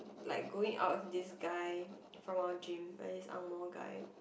like going out with this guy from our gym like this angmoh guy